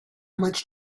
much